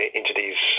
entities